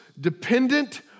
dependent